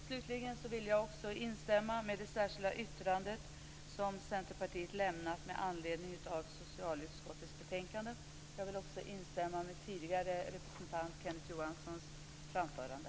Slutligen vill jag instämma i det särskilda yttrande som Centerpartiet gjort med anledning av socialutskottets betänkande. Jag vill också instämma i den tidigare representanten Kenneth Johanssons anförande.